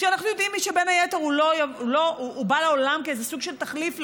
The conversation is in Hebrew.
כשאנחנו יודעים שבין היתר הוא בא לעולם כאיזה סוג של תחליף לחוקה,